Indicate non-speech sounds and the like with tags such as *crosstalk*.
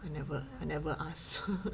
I never I never ask *laughs*